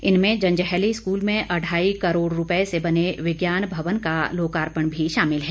इनमें जंजैहली स्कूल में अढ़ाई करोड़ रूपए से बने विज्ञान भवन का लोकार्पण भी शामिल है